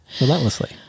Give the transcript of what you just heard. relentlessly